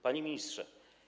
Panie Ministrze!